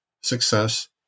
success